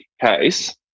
case